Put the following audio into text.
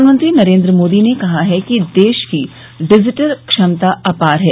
प्रधानमंत्री नरेंद्र मोदी ने कहा है कि देश की डिजिटल क्षमता अपार है